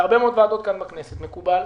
בכנסת מקובל,